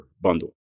bundle